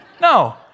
No